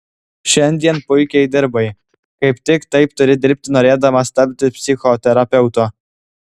šiandien puikiai dirbai kaip tik taip turi dirbti norėdamas tapti psichoterapeutu